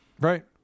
right